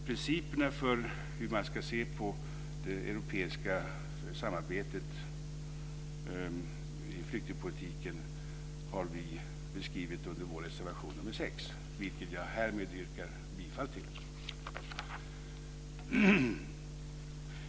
Principerna för hur man ska se på det europeiska samarbetet i flyktingpolitiken har vi beskrivit i vår reservation 6, vilken jag härmed yrkar bifall till.